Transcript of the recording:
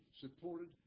supported